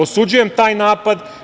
Osuđujem taj napad.